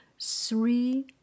three